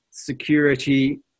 security